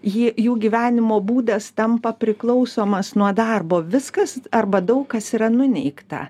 jie jų gyvenimo būdas tampa priklausomas nuo darbo viskas arba daug kas yra nuneigta